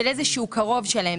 של קרוב שלהם.